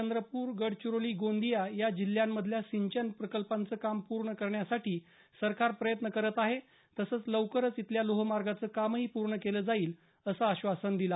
चंद्रपूर गडचिरोली गोंदिया या जिल्हांमधल्या सिंचन प्रकल्पांचं काम पूर्ण करण्यासाठी सरकार प्रयत्न करत आहे तसंच लवकरच इथल्या लोहमार्गाचं कामही पूर्ण केलं जाईल असं आश्वासन त्यांनी दिल